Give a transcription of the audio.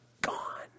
gone